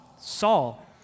Saul